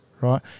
right